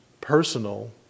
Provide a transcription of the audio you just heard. personal